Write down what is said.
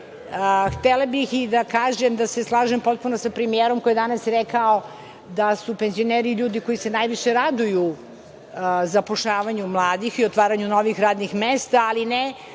Htela bih da kažem i da se slažem potpuno sa premijerom koji je danas rekao da su penzioneri ljudi koji se najviše raduju zapošljavanju mladih i otvaranju novih radnih mesta, ali ne